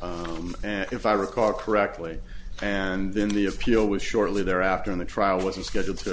them and if i recall correctly and then the appeal was shortly thereafter in the trial wasn't scheduled to